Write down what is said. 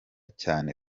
cyane